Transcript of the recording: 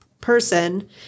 person